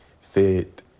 fit